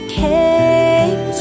came